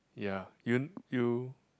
ya you kn~ you